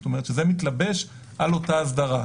זאת אומרת זה מתלבש על אותה אסדרה.